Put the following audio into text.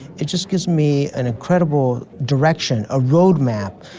it just gives me an incredible direction, a roadmap.